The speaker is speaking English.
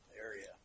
area